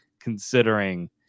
Considering